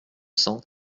cents